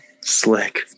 Slick